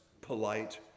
polite